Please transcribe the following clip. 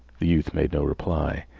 the youth made no reply,